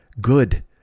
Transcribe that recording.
good